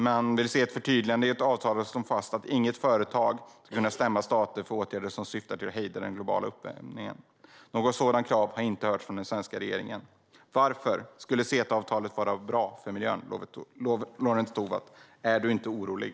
Man vill se ett förtydligande i avtalet som slår fast att inget företag ska kunna stämma stater för åtgärder som syftar till att hejda den globala uppvärmningen. Något sådant krav har inte hörts från den svenska regeringen. Varför skulle CETA-avtalet vara bra för miljön, Lorentz Tovatt? Är du inte orolig?